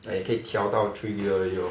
!aiya! 可以调到 three year 而已 lor